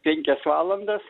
penkias valandas